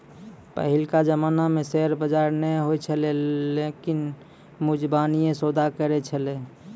पहिलका जमाना मे शेयर बजार नै होय छलै लोगें मुजबानीये सौदा करै छलै